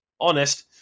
Honest